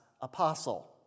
Apostle